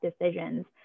decisions